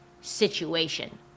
situation